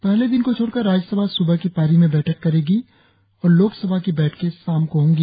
पहले दिन को छोड़कर राज्यसभा सुबह की पारी में बैठक करेगी और लोकसभा की बैठकें शाम को होंगी